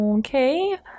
Okay